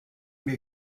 wir